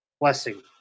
blessing